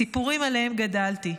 סיפורים שעליהם גדלתי.